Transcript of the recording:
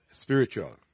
spiritual